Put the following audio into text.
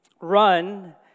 Run